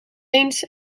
eens